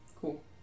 Cool